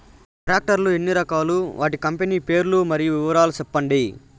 Tractor లు ఎన్ని రకాలు? వాటి కంపెని పేర్లు మరియు వివరాలు సెప్పండి?